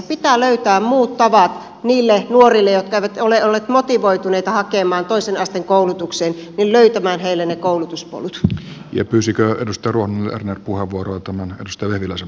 pitää löytää niille nuorille jotka eivät ole olleet motivoituneita hakemaan toisen asteen koulutukseen muut tavat löytää heille ne koulutuspolut